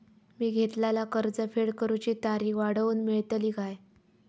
मी घेतलाला कर्ज फेड करूची तारिक वाढवन मेलतली काय?